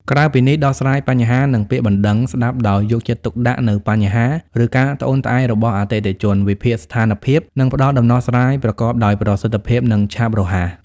ក្រៅពីនេះ ដោះស្រាយបញ្ហា និងពាក្យបណ្ដឹងស្ដាប់ដោយយកចិត្តទុកដាក់នូវបញ្ហា ឬការត្អូញត្អែររបស់អតិថិជន វិភាគស្ថានភាព និងផ្ដល់ដំណោះស្រាយប្រកបដោយប្រសិទ្ធភាព និងឆាប់រហ័ស។